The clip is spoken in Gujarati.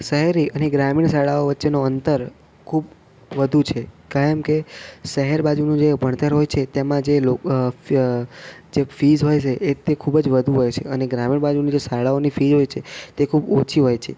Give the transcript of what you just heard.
શહેરી અને ગ્રામીણ શાળાઓ વચ્ચેનું અંતર ખૂબ વધુ છે કારણ કે શહેર બાજુનું જે ભણતર હોય છે તેમાં જે લોક ફ્ય જે ફીઝ હોય છે એ તે ખૂબ જ વધુ હોય છે અને ગ્રામીણ બાજુની જે શાળાઓની ફી હોય છે તે ખૂબ ઓછી હોય છે